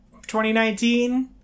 2019